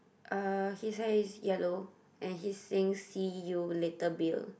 uh his hair is yellow and he's saying see you later Bill